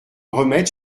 remettre